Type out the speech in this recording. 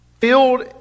filled